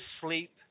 sleep